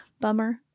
Bummer